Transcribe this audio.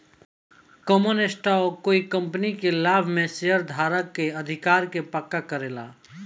common stock कोइ company के लाभ में शेयरधारक के अधिकार के पक्का करेला